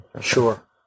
Sure